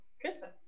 Christmas